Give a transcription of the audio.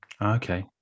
Okay